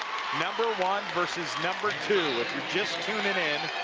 number one versus number two if you are just tuning in,